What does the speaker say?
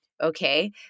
okay